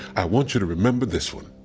i want you to remember this one.